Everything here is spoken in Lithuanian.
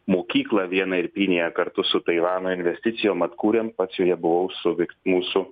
mokyklą vieną irpinėje kartu su taivano investicijom atkūrėm pats joje buvau su vikt mūsų